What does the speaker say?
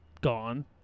gone